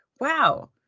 wow